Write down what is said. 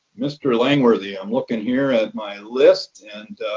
mr. langworthy, i'm looking here at my list and